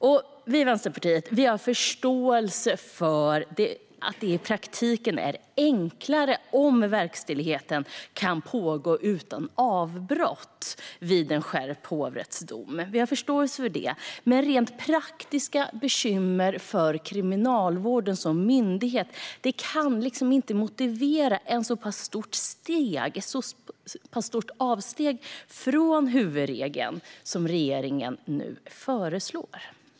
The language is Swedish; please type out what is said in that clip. Vi i Vänsterpartiet har förståelse för att det i praktiken är enklare om verkställigheten kan pågå utan avbrott vid en skärpt hovrättsdom. Vi har förståelse för det. Men rent praktiska bekymmer för Kriminalvården som myndighet kan inte motivera ett så pass stort avsteg från huvudregeln som regeringen nu föreslår.